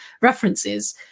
references